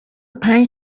پنج